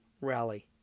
rally